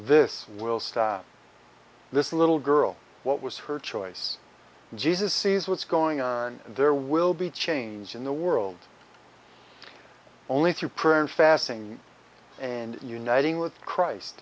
this will stop this little girl what was her choice jesus sees what's going on and there will be change in the world only through prayer and fasting and uniting with christ